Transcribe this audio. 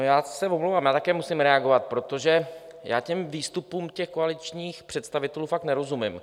Já se omlouvám, také musím reagovat, protože těm výstupům těch koaličních představitelů fakt nerozumím.